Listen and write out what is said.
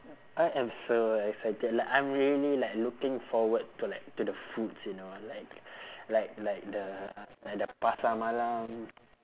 I am so excited like I'm really like looking forward to like to the foods you know like like like the like the pasar malam